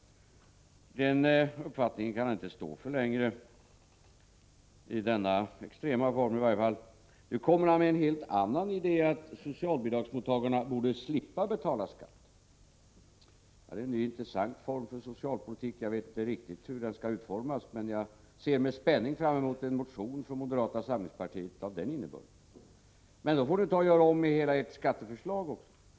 Den uppfattningen kan han inte stå för längre, i varje fall inte i så extrem form. Nu kommer Ulf Adelsohn med en helt annan idé: att socialbidragstagarna borde slippa att betala skatt. Det är en ny och intressant typ av socialpolitik. Jag vet inte riktigt hur den skall utformas, men jag ser med spänning fram mot en motion av den innebörden från moderata samlingspartiet. Men då får ni också göra om hela ert skatteförslag.